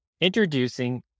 Introducing